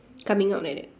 coming out like that